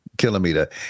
kilometer